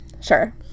Sure